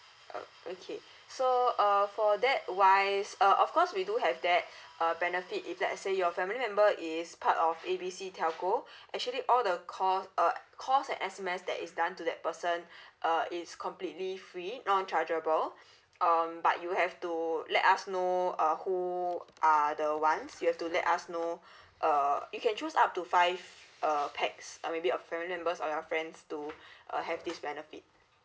orh okay so uh for that wise uh of course we do have that uh benefit if let's say your family member is part of A B C telco actually all the calls uh calls and S_M_S that is done to that person uh it is completely free non chargeable um but you have to let us know uh who are the ones you have to let us know uh you can choose up to five uh pax uh maybe uh family members or your friends to uh have this benefit